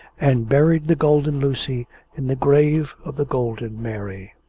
and buried the golden lucy in the grave of the golden mary.